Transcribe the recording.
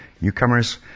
newcomers